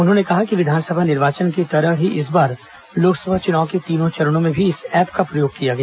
उन्होंने कहा कि विधानसभा निर्वाचन की तरह ही इस बार लोकसभा चुनाव के तीनों चरणों में भी इस ऐप का प्रयोग किया गया